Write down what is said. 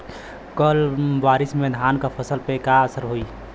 कम बारिश में धान के फसल पे का असर होई?